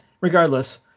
regardless